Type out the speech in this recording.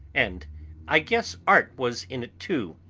and i guess art was in it too.